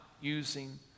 using